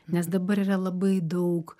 nes dabar yra labai daug